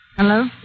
Hello